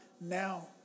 now